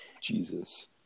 Jesus